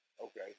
Okay